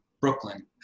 brooklyn